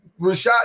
Rashad